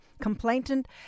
complainant